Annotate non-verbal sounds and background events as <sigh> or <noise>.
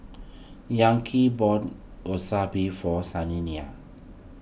<unintelligible> bought Wasabi for Shaniya